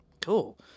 Cool